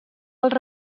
alts